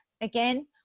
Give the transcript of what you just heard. Again